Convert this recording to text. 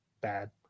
Bad